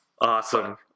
Awesome